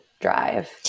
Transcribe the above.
drive